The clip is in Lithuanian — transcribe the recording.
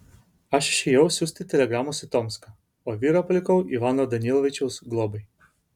aš išėjau siųsti telegramos į tomską o vyrą palikau ivano danilovičiaus globai